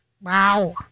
wow